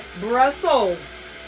Brussels